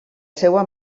seva